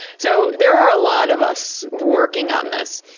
so there are a lot of us working on this.